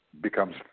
becomes